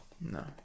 No